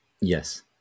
Yes